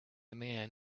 man